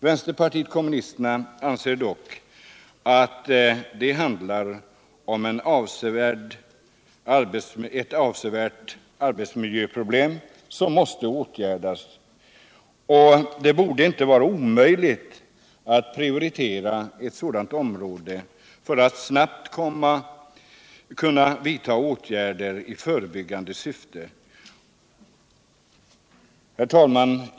Vänsterpartiet kommunisterna anser dock att det handlar om ett avsevärt arbetsmiljöproblem som måste åtgärdas. Det borde inte vara omöjligt att prioritera ett sådant område för att snabbt kunna vidta åtgärder i förebyggande syfte. Herr talman!